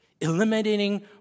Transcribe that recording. Eliminating